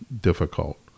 difficult